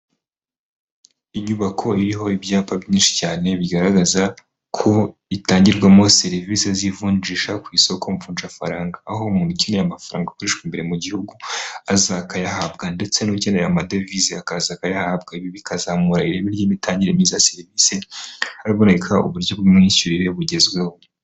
Inyubako iriho ibyapa byinshi cyane bigaragaza ko itangirwamo serivisi z'ivunjisha ku isoko mvunjafaranga. Aho umuntu ukeneye amafaranga akoreshwa imbere mu gihugu aza akayahabwa. Ndetse n'ukeneye amadevize akaza akayahabwa. Ibi bikazamura ireme ry'imitangire myiza ya serivisi, haboneka uburyo bw'imyishyurire bugezweho.